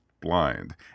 Blind